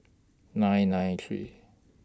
nine nine three